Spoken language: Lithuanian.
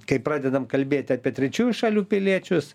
kai pradedam kalbėti apie trečiųjų šalių piliečius